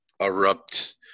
Erupt